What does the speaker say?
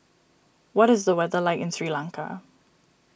what is the weather like in Sri Lanka